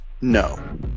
No